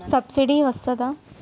Subsidy వస్తదా?